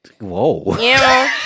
Whoa